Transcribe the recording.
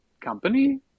company